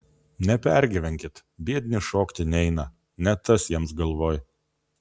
nepergyvenkit biedni šokti neina ne tas jiems galvoj